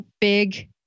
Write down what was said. big